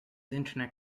internet